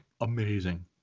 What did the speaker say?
amazing